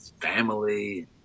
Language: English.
family